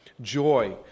Joy